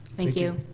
thank you.